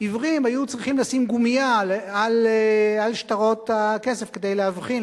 עיוורים היו צריכים לשים גומייה על שטרות הכסף כדי להבחין,